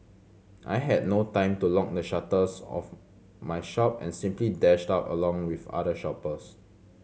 I had no time to lock the shutters of my shop and simply dashed out along with other shoppers